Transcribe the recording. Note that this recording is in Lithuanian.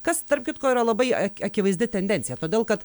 kas tarp kitko yra labai ak akivaizdi tendencija todėl kad